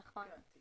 נכון.